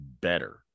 better